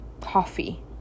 coffee